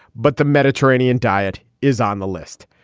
but the mediterranean diet is on the list.